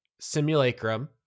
simulacrum